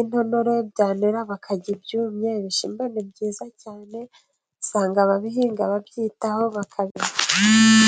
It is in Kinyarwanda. intonore, byanera bakarya ibyumye, ibishyimbo ni byiza byiza cyane, usanga ababihinga bakabirya.